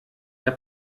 der